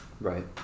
right